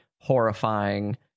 horrifying